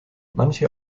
manche